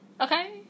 Okay